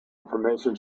information